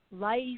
Life